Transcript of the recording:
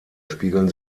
spiegeln